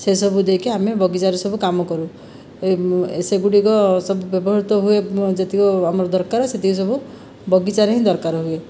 ସେସବୁ ଯାଇକି ଆମେ ବଗିଚାରେ ସବୁ କାମ କରୁ ସେଗୁଡ଼ିକ ସବୁ ବ୍ୟବହୃତ ହୁଏ ଯେତିକି ଆମର ଦରକାର ସେତିକି ସବୁ ବଗିଚାରେ ହିଁ ଦରକାର ହୁଏ